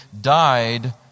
died